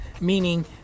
Meaning